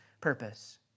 purpose